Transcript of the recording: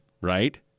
right